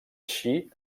així